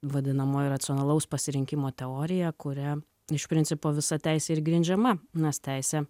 vadinamoji racionalaus pasirinkimo teorija kuria iš principo visa teisė ir grindžiama teise